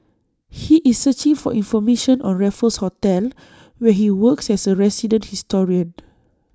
he is searching for information on Raffles hotel where he works as A resident historian